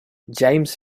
james